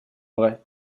vrai